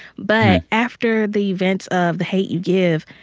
but after the events of the hate u give,